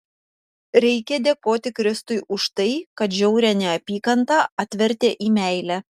reikia dėkoti kristui už tai kad žiaurią neapykantą atvertė į meilę